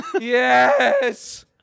Yes